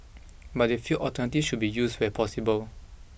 but they feel alternative should be used where possible